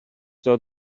داد